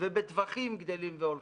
ובטווחים גדלים והולכים.